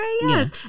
yes